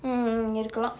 mmhmm இருக்கலாம்:irukkalaam